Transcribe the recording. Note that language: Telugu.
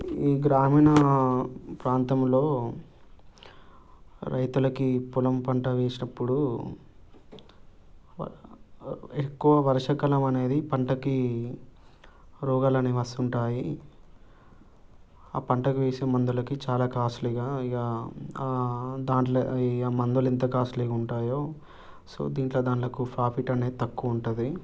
ఈ గ్రామీణ ప్రాంతంలో రైతులకి పొలం పంట వేసినప్పుడు ఎక్కువ వర్షాకాలం అనేది పంటకి రోగాలు అనేవి వస్తుంటాయి ఆ పంటకు వేసే మందులకి చాలా కాస్ట్లీగా ఇగా దాంట్లో ఇంక మందులు ఎంత కాస్ట్లీగా ఉంటాయో సో దీంట్లో దాంట్లో ప్రాఫిట్ అనేది తక్కువ ఉంటుంది